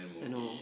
N_O